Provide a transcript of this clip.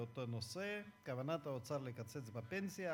באותו נושא: כוונת האוצר לקצץ בפנסיה,